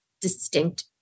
distinct